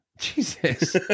Jesus